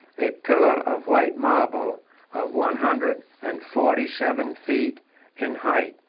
a pillar of white marble of one hundred and forty-seven feet in height.